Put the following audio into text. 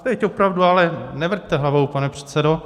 Teď opravdu ale nevrťte hlavou, pane předsedo.